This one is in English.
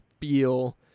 feel